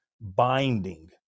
binding